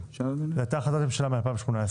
זו הייתה החלטת ממשלה מ-2018.